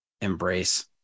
embrace